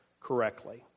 correctly